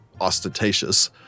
ostentatious